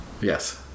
Yes